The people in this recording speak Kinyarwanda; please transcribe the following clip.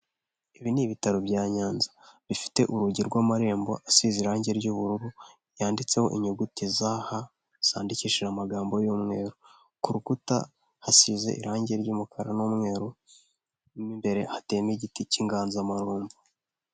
Ibi ni ibitaro bya Nyanza, bifite urugi rw'amarembo asize irangi ry'ubururu, yanditseho inyuguti za ha zandikishije amagambo y'umweru. Ku rukuta hasize irangi ry'umukara n'umweru, mo imbere hateye igiti cy'inganzamarumbo.